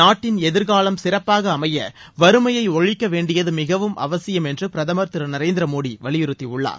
நாட்டின் எதிர்காலம் சிறப்பாக அமைய வறுமையை ஒழிக்க வேண்டியது மிகவும் அவசியம் என்று பிரதமர் திரு நரேந்திரமோடி வலியுறுத்தியுள்ளார்